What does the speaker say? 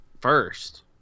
first